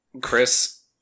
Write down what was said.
Chris